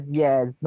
yes